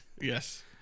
Yes